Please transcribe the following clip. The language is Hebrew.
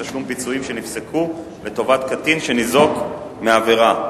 תשלום פיצויים שנפסקו לטובת קטין שניזוק מעבירה).